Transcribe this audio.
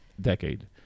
decade